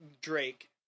Drake